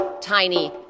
tiny